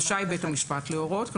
רשאי בית המשפט להורות".